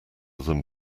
than